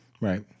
Right